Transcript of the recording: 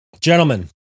Gentlemen